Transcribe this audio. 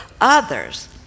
others